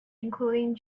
including